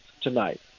tonight